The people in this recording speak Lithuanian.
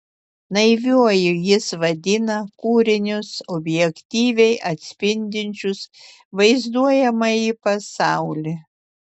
naiviuoju jis vadina kūrinius objektyviai atspindinčius vaizduojamąjį pasaulį